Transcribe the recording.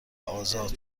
آزاد